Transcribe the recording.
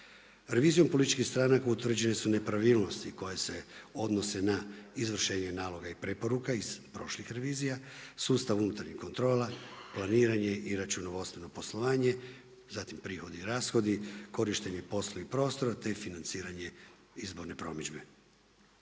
Revizijom političkih stranaka, utvrđene su nepravilnosti koje se odnose na izvršenje naloga i preporuka iz prošlih revizija, sustav unutarnjih kontrola, planiranje i računovodstveno poslovanje, zatim prihodi i rashodi, korištenje poslovnih prostora, te financiranje izborne promidžbe.